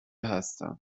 هستم